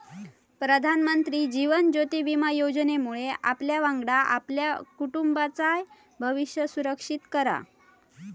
प्रधानमंत्री जीवन ज्योति विमा योजनेमुळे आपल्यावांगडा आपल्या कुटुंबाचाय भविष्य सुरक्षित करा